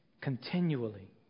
continually